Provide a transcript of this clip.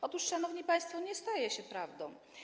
Otóż, szanowni państwo, nie staje się prawdą.